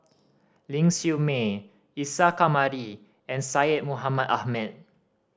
Ling Siew May Isa Kamari and Syed Mohamed Ahmed